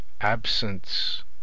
Absence